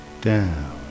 down